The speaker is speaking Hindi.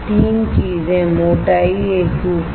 3 चीजें मोटाई एकरूपता